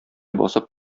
басып